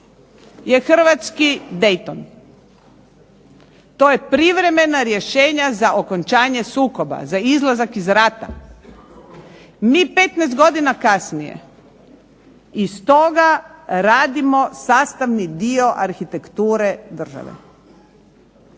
je hrvatski Dayton. To je privremena rješenja za okončanje sukoba, za izlazak iz rata. Mi 15 godina kasnije iz toga radimo sastavni dio arhitekture države.